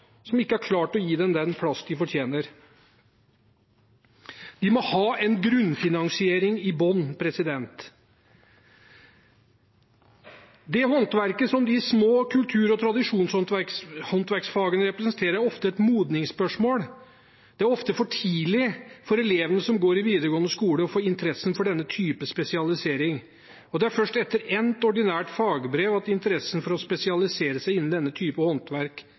ikke har klart å gi dem den plassen de fortjener. De må ha en grunnfinansiering i bunnen. Det håndverket som de små kultur- og tradisjonshåndverksfagene representerer, er ofte et modningsspørsmål. Det er ofte for tidlig for elevene som går i videregående skole, å få interessen for denne typen spesialisering. Det er først etter endt ordinært fagbrev interessen for å spesialisere seg innen denne typen håndverk